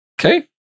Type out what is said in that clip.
Okay